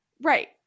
Right